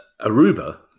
Aruba